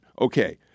Okay